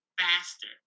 faster